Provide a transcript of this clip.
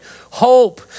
Hope